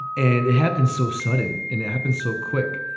and it happened so sudden and it happened so quick.